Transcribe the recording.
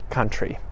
Country